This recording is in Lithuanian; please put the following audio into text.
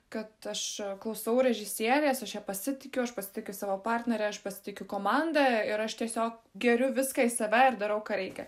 kad aš klausau režisierės aš ja pasitikiu aš pasitikiu savo partnere aš pasitikiu komanda ir aš tiesiog geriu viską į save ir darau ką reikia